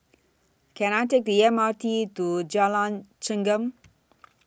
Can I Take The M R T to Jalan Chengam